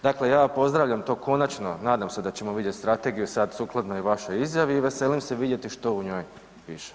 Dakle, ja pozdravljam to konačno, nadam se da ćemo vidjeti strategiju sad sukladno i vašoj izjavi i veselim se vidjeti što u njoj piše.